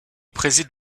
préside